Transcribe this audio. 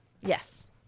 Yes